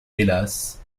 hélas